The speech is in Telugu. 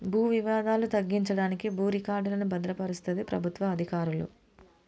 భూ వివాదాలు తగ్గించడానికి భూ రికార్డులను భద్రపరుస్తది ప్రభుత్వ అధికారులు